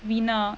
winner